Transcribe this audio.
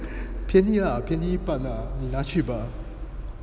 便宜 lah 便宜一半啊你拿去吧